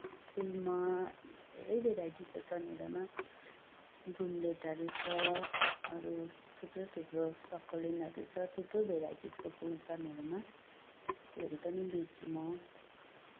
फुलमा धेरै भेराइटीको छ मेरोमा ड्रुमलेटहरू छ अरू थुप्रो थुप्रो सक्कुलेन्टहरू छ थुप्रो भेराइटिजका फुल छ मेरामा त्योहरू पनि बेच्छु म